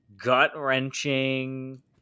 gut-wrenching